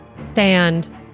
stand